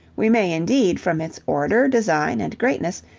we may indeed from its order, design, and greatness,